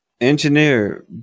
Engineer